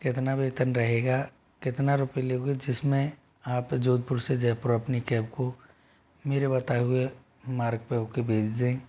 कितना वेतन रहेगा कितना रुपये लोगे जिसमें आप जोधपुर से जयपुर अपनी कैब को मेरे बताए हुए मार्ग पर होकर भेज दें